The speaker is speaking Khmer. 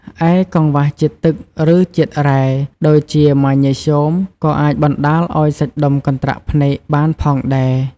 ឯ កង្វះជាតិទឹក ឬជាតិរ៉ែ ដូចជាម៉ាញ៉េស្យូម ក៏អាចបណ្ដាលឱ្យសាច់ដុំកន្ត្រាក់ភ្នែកបានផងដែរ។